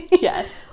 yes